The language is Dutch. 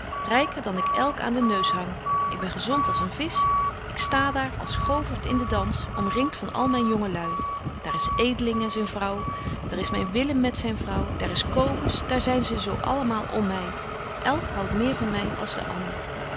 ryker dan ik elk aan den neus hang ik ben gezont als een visch ik sta daar als govert in den dans omringt van al myn jonge lui daar is betje wolff en aagje deken historie van mejuffrouw sara burgerhart edeling en zyn vrouw daar is myn willem met zyn vrouw daar is cobus daar zyn ze zo allemaal om my elk houdt meer van my als de ander